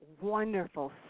wonderful